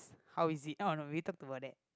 how is it oh no we talked about that